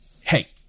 Hey